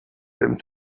dem